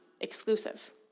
Exclusive